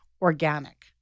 organic